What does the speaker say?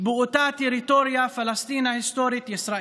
באותה טריטוריה של פלסטין ההיסטורית-ישראל,